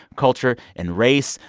culture and race.